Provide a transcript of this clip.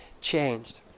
changed